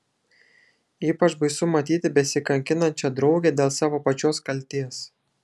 ypač baisu matyti besikankinančią draugę dėl savo pačios kaltės